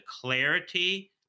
clarity